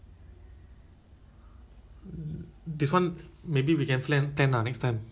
tak payah leceh pergi kedai apa kita boleh just order online kan